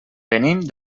venim